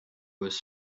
was